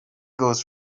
goes